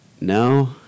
no